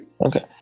Okay